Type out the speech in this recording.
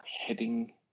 heading